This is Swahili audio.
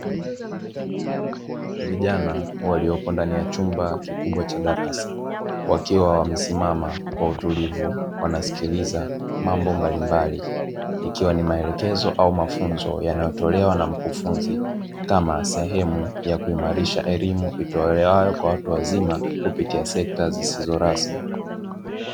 Vijana walioko ndani ya chumba kikubwa cha darasa, wakiwa wamesimama kwa utulivu wanasikiliza mambo mbalimbali ikiwa ni maelekezo au mafunzo, yanayotolewa na mkufunzi kama sehemu ya kuimarisha elimu itolewayo kwa watu wazima kupitia sekta zisizo rasmi.